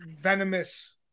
venomous